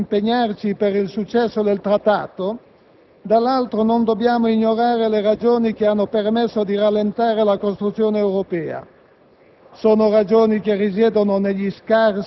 Peraltro, se da un lato dobbiamo impegnarci per il successo del Trattato, dall'altro non dobbiamo ignorare le ragioni che hanno permesso di rallentare la costruzione europea.